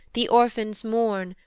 the orphans mourn,